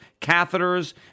catheters